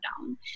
down